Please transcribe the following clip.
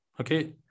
okay